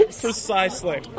Precisely